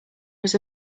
was